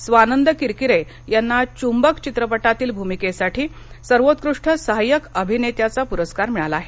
स्वानंद किरकिरे यांना चुंबक चित्रपटातील भूमिकेसाठी सर्वोत्कृष्ट सहाय्यक अभिनेत्याचा पुरस्कार मिळाला आहे